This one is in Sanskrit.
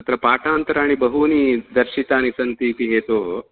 अत्र पाठान्तराणि बहूनि दर्शितानि सन्तीति हेतोः